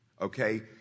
Okay